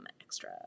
extra